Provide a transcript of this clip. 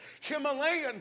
Himalayan